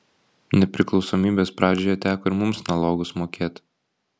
nepriklausomybės pradžioje teko ir mums nalogus mokėt